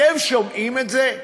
אתם שומעים את זה?